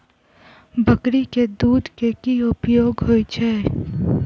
बकरी केँ दुध केँ की उपयोग होइ छै?